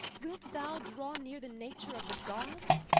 wilt thou draw near the nature of the gods?